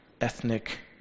ethnic